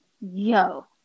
Yo